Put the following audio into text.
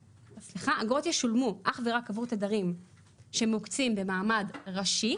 אגרות ישולמו אך ורק עבור תדרים שמוקצים במעמד ראשי,